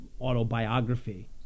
autobiography